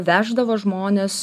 veždavo žmones